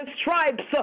stripes